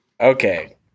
Okay